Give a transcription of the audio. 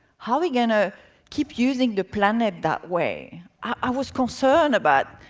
how we going to keep using the planet that way? i was concerned about,